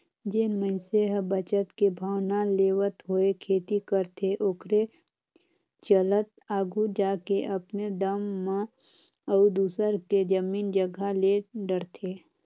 जेन मइनसे ह बचत के भावना लेवत होय खेती करथे ओखरे चलत आघु जाके अपने दम म अउ दूसर के जमीन जगहा ले डरथे